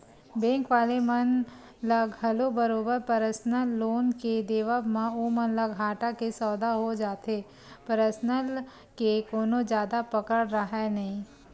bank वाले मन ल घलो बरोबर परसनल लोन के देवब म ओमन ल घाटा के सौदा हो जाथे परसनल के कोनो जादा पकड़ राहय नइ